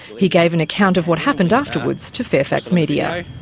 he gave an account of what happened afterwards to fairfax media.